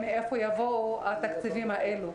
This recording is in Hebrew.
השאלה מאיפה יבואו התקציבים האלה.